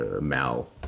mal